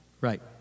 Right